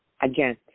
again